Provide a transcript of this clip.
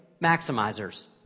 maximizers